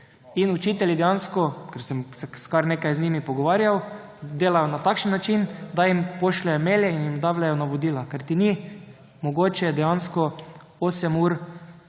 In učitelji dejansko, ker sem se kar nekaj z njimi pogovarjal, delajo na takšen način, da jim pošljejo maile in jim dajejo navodila, kajti ni mogoče dejansko 8 ur